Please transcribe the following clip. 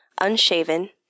unshaven